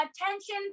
attention